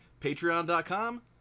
patreon.com